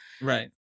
Right